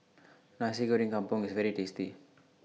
Nasi Goreng Kampung IS very tasty